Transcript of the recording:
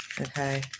Okay